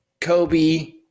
Kobe